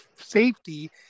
safety